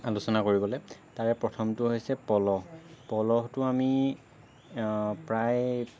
আলোচনা কৰিবলৈ তাৰে প্ৰথমটো হৈছে পলহ পলহটো আমি প্ৰায়